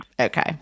Okay